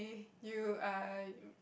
you are